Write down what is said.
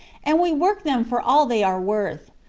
and we work them for all they are worth.